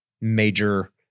major-